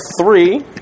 three